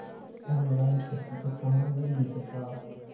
Online खेती के सामान मिल जैतै का?